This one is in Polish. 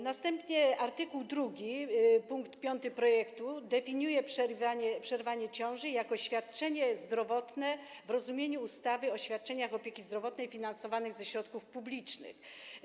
Następnie art. 2 pkt 5 projektu definiuje przerywanie ciąży jako świadczenie zdrowotne w rozumieniu ustawy o świadczeniach opieki zdrowotnej finansowanych ze środków publicznych.